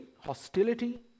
hostility